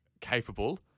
capable